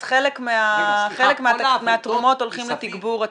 אז חלק מהתרומות הולכים לתגבור הטיפול.